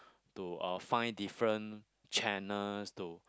to uh find different channels to